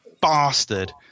bastard